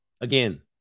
Again